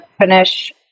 finish